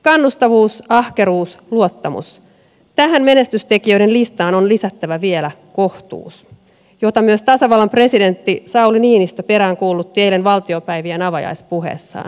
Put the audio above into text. kannustavuus ahkeruus luottamus tähän menestystekijöiden listaan on lisättävä vielä kohtuus jota myös tasavallan presidentti sauli niinistö peräänkuulutti eilen valtiopäivien avajaispuheessaan